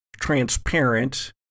transparent